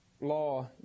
law